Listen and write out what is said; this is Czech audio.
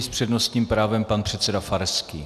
S přednostním právem pan předseda Farský.